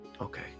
Okay